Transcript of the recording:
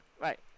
Right